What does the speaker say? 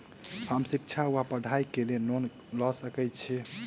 हम शिक्षा वा पढ़ाई केँ लेल लोन लऽ सकै छी?